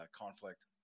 conflict